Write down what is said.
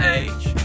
age